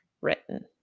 written